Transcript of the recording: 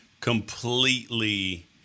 completely